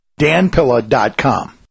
danpilla.com